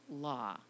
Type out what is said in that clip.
law